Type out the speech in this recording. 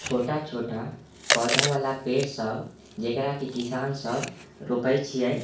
छोटा छोटा पौधावला पेड़ सब जकराकि किसान सभ रोपै छिए